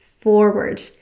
forward